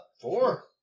Four